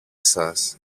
σας